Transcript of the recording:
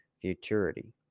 Futurity